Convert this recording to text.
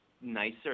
nicer